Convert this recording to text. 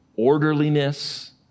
Orderliness